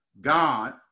God